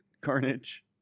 carnage